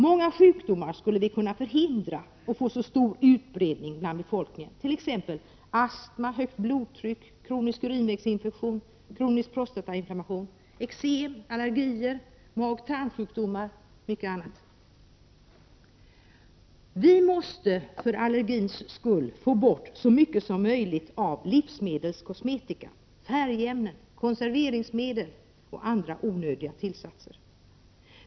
Många sjukdomar skulle kunna förhindras att få så stor utbredning bland befolkningen, t.ex. astma, högt blodtryck, kronisk urinvägsinfektion, kronisk prostatainflammation, eksem, allergier, magoch tarmsjukdomar m.m. För allergins skull måste vi få bort så mycket som möjligt av livsmedelskosmetika, färgämnen, konserveringsmedel och andra onödiga tillsatser.